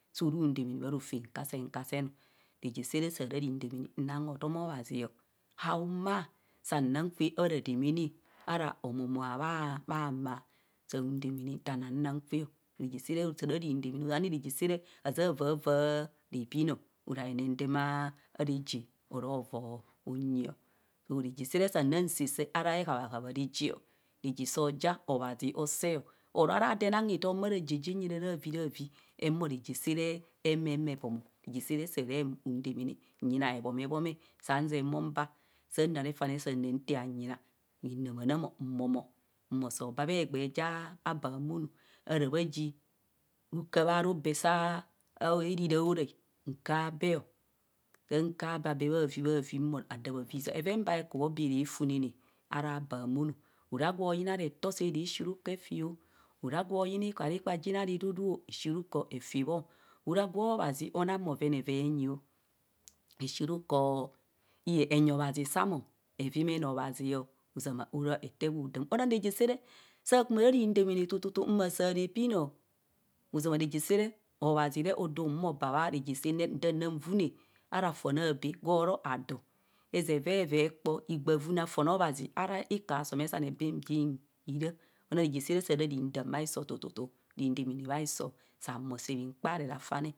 Suru damaano bha rofem kasen kasenm o reje saare saa ri damaana naa hotom obhazi o, haubhaa saa naa kwe bha radamaana o ara omumua bha maa saa domaana nta nan naa kwe rejesere sahararin demene sunhani rejesere aja vava repino ora henendema rejeo orova unyi rejesere sanna nsese ara ehabhahab are jeo reje soja obhazi ose oro arador enang hitom bharaje raviravi rhumo rejesere ehumo efi otom reje sere surundemene nyina hebhome bhome sanzen mor mba sanna refane sanna nte hanyina bhinna manamo mmomo mmoso babha egba ja ba amono ara bhaji ru kabhe arube sa eriri dorai nka be san ka be abebhavibhavi mmoro ada bhaviza bheven ba bhekubho bere funene ara bahumono ora gwo yina retor sere si rukor evio ora gwo yina ikparikpa jin ara iduduo esi rukor efibhor ora ba obhazi ona bhoven eve nyio ede si rukor enyi obhazi samo evumene obhazio ozama ora ete gwo damadam ora rejesere sahara rin demene tututu mma sa repin ozoma rejesere obhazire odor un humor opa bhare jesene inta nda nvune ara fon abe gworo odo eje ve kpor higba vunne a'fon obhazi ara ikor asommesanne benbene irs ona reje sem sahara rindam bha hisi tutu rin demene bhs hiso san humor se bhinkpare rafane